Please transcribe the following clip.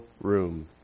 room